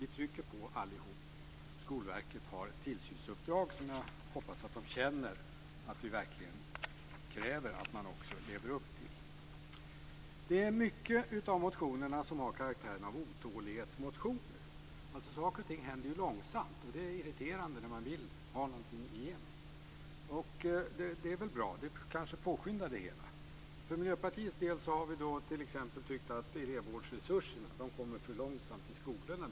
Vi trycker alla på att Skolverket har ett tillsynsuppdrag som jag hoppas att de känner att vi kräver av dem och också lever upp till. Det är många av motionerna som har karaktären av otålighetsmotioner. Saker och ting händer långsamt, och det är irriterande när man vill ha någonting igenom. Det är väl bra, det kanske påskyndar det hela. För Miljöpartiets del har vi t.ex. tyckt att elevvårdsresurserna kommer för långsamt i skolorna.